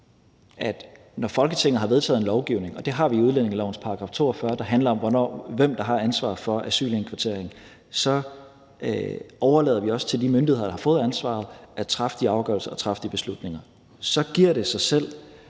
Når Folketinget har vedtaget en lovgivning, og det har vi gjort med udlændingelovens § 42, der handler om, hvem der har ansvaret for asylindkvarteringen, så overlader vi det også til de myndigheder, der har fået ansvaret, at træffe de afgørelser og træffe de beslutninger. Så giver det sig selv,